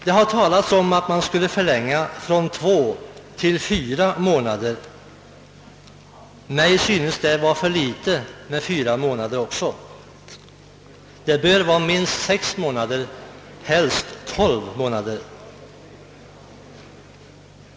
Det har talats om att man skulle förlänga från två till fyra månader. Mig synes det vara för litet med fyra månader också. Det bör vara minst sex månader, helst tolv månader.